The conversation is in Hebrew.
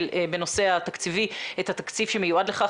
בנושא התקציבי את התקציב שמיועד לכך.